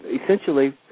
essentially